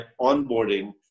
onboarding